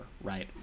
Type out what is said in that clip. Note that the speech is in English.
right